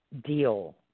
deal